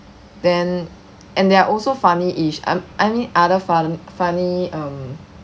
then and there are also funnyish I I mean other funny funny um